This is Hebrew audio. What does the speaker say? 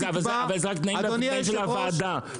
אבל זה רק תנאים --- עם הוועדה,